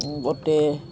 লগতে